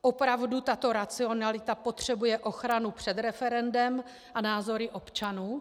Opravdu tato racionalita potřebuje ochranu před referendem a názory občanů?